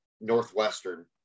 Northwestern